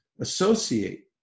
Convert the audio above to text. associate